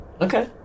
Okay